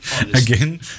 again